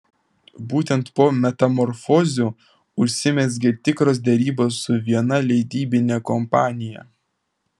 būtent po metamorfozių užsimezgė tikros derybos su viena leidybine kompanija